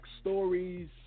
stories